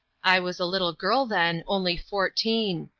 i was a little girl then, only fourteen.